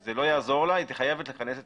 זה לא יעזור לה, היא חייבת לכנס את